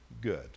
good